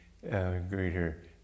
greater